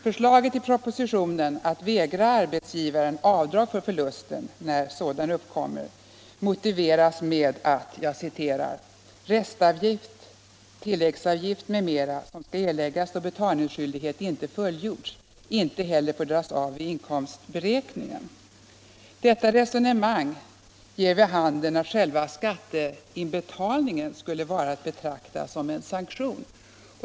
Förslaget i propositionen att vägra arbetsgivaren avdrag för förlusten när sådan uppkommer motiveras med att ”restavgift, tilläggsavgift m.m., som skall erläggas då betalningsskyldighet inte fullgjorts, inte heller får dras av vid inkomstberäkningen”. Detta resonemang ger vid handen att själva skatteinbetalningen skulle vara att betrakta som en sanktion.